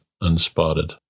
unspotted